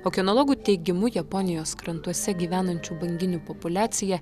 o kinologų teigimu japonijos krantuose gyvenančių banginių populiacija